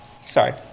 Sorry